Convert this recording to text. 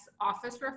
office